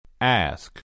Ask